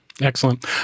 Excellent